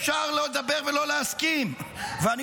אפשר לא לדבר ולא להסכים ------ הפרלמנט לא יכול